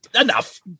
enough